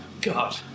God